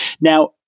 Now